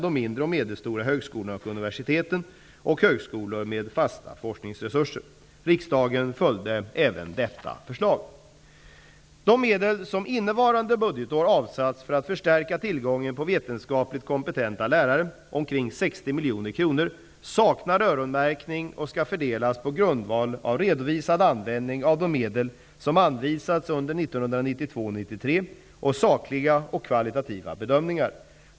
De medel som innevarande budgetår avsatts för att förstärka tillgången på vetenskapligt kompetenta lärare, omkring 60 miljoner kronor, saknar öronmärkning och skall fördelas på grundval av redovisad användning av de medel som anvisats under 1992/93 och sakliga och kvalitativa bedömningar.